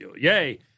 Yay